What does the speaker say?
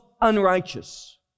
unrighteous